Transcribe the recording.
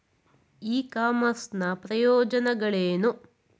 E commerce ನ ಪ್ರಯೋಜನಗಳೇನು?